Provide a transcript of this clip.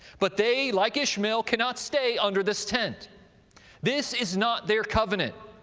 but they, like ishmael could not stay under this tent this is not their covenant,